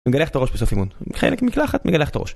מגלה לך את הראש בסוף האימון. חלק מקלחת מגלה לך את הראש.